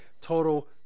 total